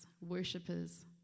worshippers